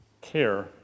Care